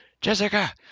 Jessica